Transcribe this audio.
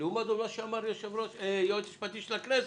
לעומת זאת, מה שאמר היועץ המשפטי של הכנסת,